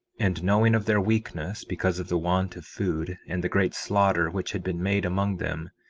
and knowing of their weakness because of the want of food, and the great slaughter which had been made among them,